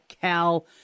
Cal